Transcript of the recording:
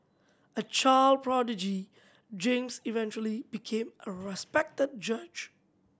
a child prodigy James eventually became a respected judge